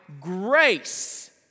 grace